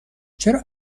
چرا